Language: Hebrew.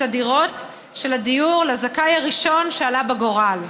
הדירות של הדיור לזכאי הראשון שעלה בגורל,